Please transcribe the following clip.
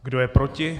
Kdo je proti?